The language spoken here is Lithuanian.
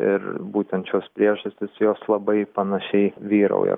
ir būtent šios priežastys jos labai panašiai vyrauja kartu